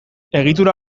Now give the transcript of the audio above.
egitura